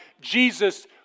Jesus